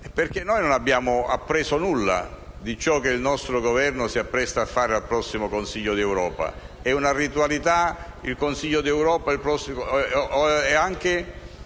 Governo. Noi non abbiamo appreso nulla di ciò che il nostro Governo si appresta a fare nel prossimo Consiglio d'Europa. È una ritualità il Consiglio d'Europa ed è anche